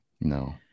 No